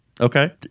Okay